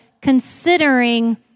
considering